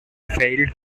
failed